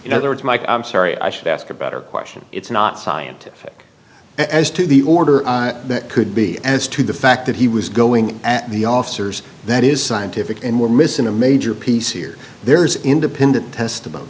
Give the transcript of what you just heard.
know there was mike i'm sorry i should ask a better question it's not scientific as to the order could be as to the fact that he was going at the officers that is scientific and we're missing a major piece here there's independent testimony